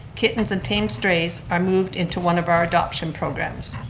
kittens and tame strays are moved into one of our adoption programs.